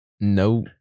no